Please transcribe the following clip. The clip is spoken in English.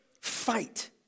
Fight